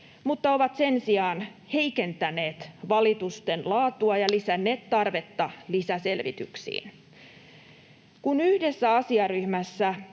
mutta ovat sen sijaan heikentäneet valitusten laatua ja lisänneet tarvetta lisäselvityksiin. Kun yhdessä asiaryhmässä,